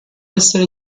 essere